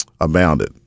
abounded